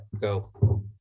go